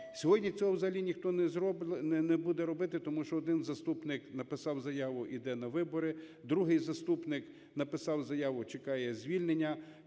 Сьогодні цього взагалі ніхто не буде робити, тому що один заступник написав заяву і йде на вибори, другий заступник написав заяву, чекає звільнення.